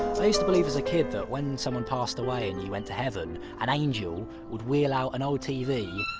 believe as a kid that when someone passed away and you went to heaven, an angel would wheel out an old tv